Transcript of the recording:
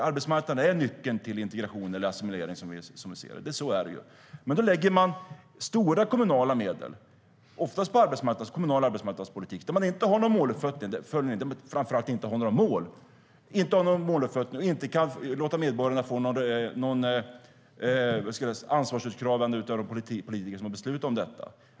Arbetsmarknaden är ju nyckeln till integration eller assimilering, som vi ser det. Man lägger stora kommunala medel, oftast på kommunal arbetsmarknadspolitik där man inte har någon måluppföljning och framför allt inte har några mål och inte låter medborgarna utkräva ansvar av de politiker som har beslutat.